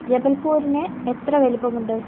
ജബൽപൂരിന് എത്ര വലിപ്പമുണ്ട്